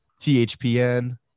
THPN